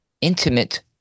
intimate